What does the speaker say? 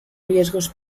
riesgos